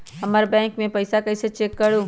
हमर बैंक में पईसा कईसे चेक करु?